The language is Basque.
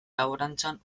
laborantzan